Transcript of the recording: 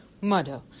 murder